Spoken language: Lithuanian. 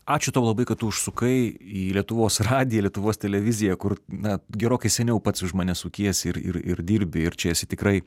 ačiū tau labai kad tu užsukai į lietuvos radiją lietuvos televiziją kur na gerokai seniau pats už mane sukiesi ir ir ir dirbi ir čia esi tikrai